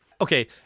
Okay